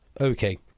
Okay